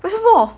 为什么